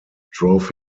drove